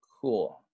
Cool